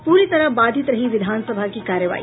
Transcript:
पूरी तरह बाधित रही विधानसभा की कार्यवाही